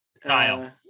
Kyle